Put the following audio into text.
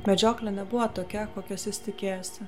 medžioklė nebuvo tokia kokios jis tikėjosi